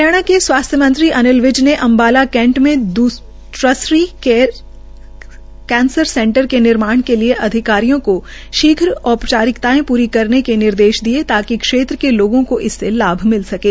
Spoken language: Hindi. हरियाणा के स्वास्थ्य मंत्री अनिल विज ने अम्बाला कैंट में ट्रसरी केयर कैंसर सेंटर के निर्माण के लिए अधिकारियों को शीघ्र औपचारिकतायें प्री करने के निर्देश दिए जाकि क्षेत्र के लोगों को इससे लाभ मिल सकें